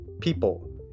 people